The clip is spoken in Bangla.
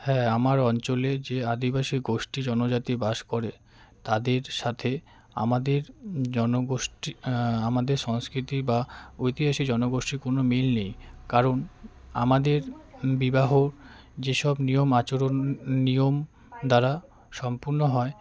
হ্যাঁ আমার অঞ্চলে যে আদিবাসী গোষ্ঠী জনজাতি বাস করে তাদের সাথে আমাদের জনগোষ্ঠী আমাদের সংস্কৃতি বা ঐতিহাসিক জনগোষ্ঠীর কোনো মিল নেই কারণ আমাদের বিবাহ যেসব নিয়ম আচরণ নিয়ম দ্বারা সম্পূর্ণ হয়